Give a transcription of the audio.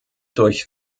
durch